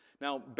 Now